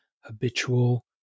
habitual